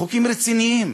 חוקים רציניים,